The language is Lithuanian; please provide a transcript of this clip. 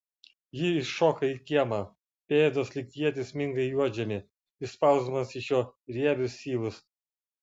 ji iššoka į kiemą pėdos lyg ietys sminga į juodžemį išspausdamos iš jo riebius syvus